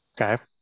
Okay